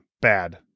bad